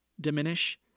diminish